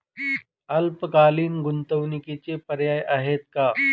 अल्पकालीन गुंतवणूकीचे पर्याय आहेत का?